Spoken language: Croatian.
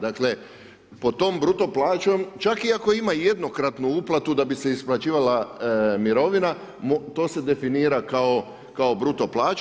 Dakle, pod tom bruto plaćom čak i ako ima jednokratnu uplatu da bi se isplaćivala mirovina to se definira kao bruto plaća.